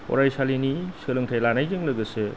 फरायसालिनि सोलोंथाय लानायजों लोगोसे